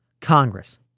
Congress